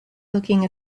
looking